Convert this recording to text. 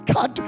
God